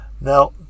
Now